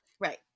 Right